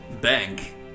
bank